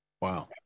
wow